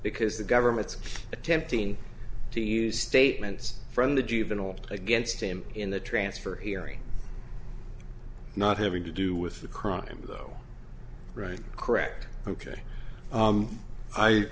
because the government's attempting to use statements from the juvenile against him in the transfer hearing not having to do with the crime though right correct ok